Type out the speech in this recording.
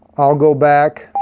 i'll go back,